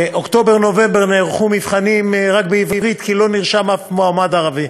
באוקטובר-נובמבר נערכו מבחנים רק בעברית כי לא נרשם שום מועמד ערבי.